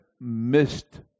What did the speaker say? missed